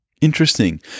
Interesting